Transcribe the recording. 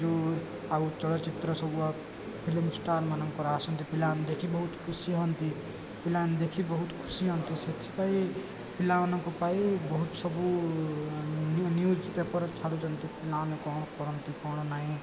ଯେଉଁ ଆଉ ଚଳଚ୍ଚିତ୍ର ସବୁ ଆ ଫିଲ୍ମ ଷ୍ଟାର ମାନଙ୍କର ଆସନ୍ତି ପିଲାମାନେ ଦେଖି ବହୁତ ଖୁସି ହଅନ୍ତି ପିଲାମାନେ ଦେଖି ବହୁତ ଖୁସି ହଅନ୍ତି ସେଥିପାଇଁ ପିଲାମାନଙ୍କ ପାଇ ବହୁତ ସବୁ ନ୍ୟୁ ନ୍ୟୁଜ୍ ପେପର୍ ଛାଡ଼ୁଛନ୍ତି ପିଲାମାନେ କ'ଣ କରନ୍ତି କ'ଣ ନାହିଁ